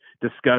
discuss